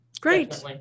Great